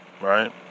right